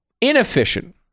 inefficient